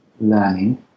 learning